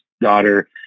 daughter